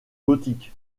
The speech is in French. gothique